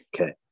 Okay